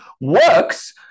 works